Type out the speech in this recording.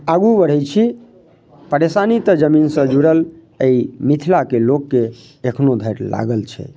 आगू बढ़ै छी परेशानी तऽ जमीनसँ जुड़ल अइ मिथिलाके लोकके एखनो धरि लागल छै